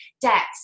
Dex